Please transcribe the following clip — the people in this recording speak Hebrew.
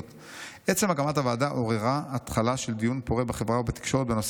עצם הקמת הוועדה עוררה התחלה של דיון פורה בחברה ובתקשורת בנושא